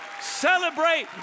Celebrate